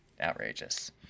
Outrageous